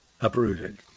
uprooted